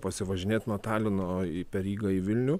pasivažinėt nuo talino į per rygą į vilnių